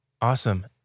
Awesome